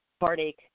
heartache